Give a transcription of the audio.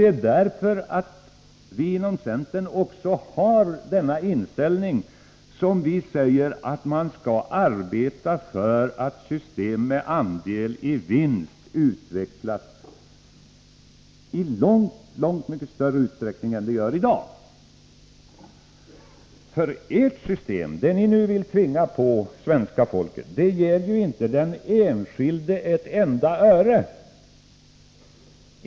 Därför att vi inom centern har denna inställning, säger vi också att man skall arbeta för att systemet med andel i vinst utvecklas i långt större utsträckning än som sker i dag. Ert system, det ni nu vill tvinga på svenska folket, ger inte den enskilde ett enda öre.